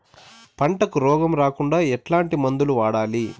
పంటకు రోగం రాకుండా ఎట్లాంటి మందులు వాడాలి?